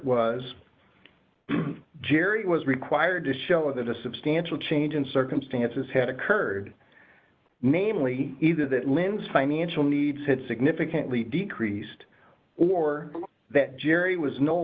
was jerry was required to show that a substantial change in circumstances had occurred namely either that lens financial needs had significantly decreased or that jerry was no